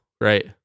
right